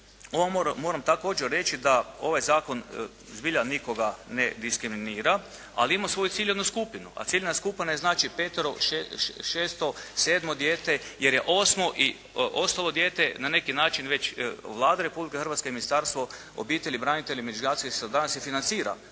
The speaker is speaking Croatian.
tako, moram također reći da ovaj zakon zbilja nikoga ne diskriminira ali ima svoju ciljnu skupinu a ciljna skupina je znači peto, šesto, sedmo dijete jer je osmo i ostalo dijete na neki način već Vlada Republike Hrvatske i Ministarstvo obitelji, branitelja i međugeneracijske solidarnosti financira